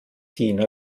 jena